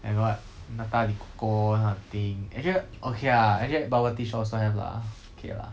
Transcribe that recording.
and what nata de coco kind of thing actually okay lah actually bubble tea shop also have lah okay lah